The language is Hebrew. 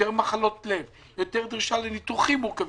יותר מחלות לב, יותר דרישה לניתוחים מורכבים,